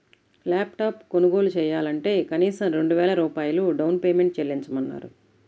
lap top కొనుగోలు చెయ్యాలంటే కనీసం రెండు వేల రూపాయలు డౌన్ పేమెంట్ చెల్లించమన్నారు